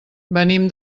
venim